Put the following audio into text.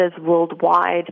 worldwide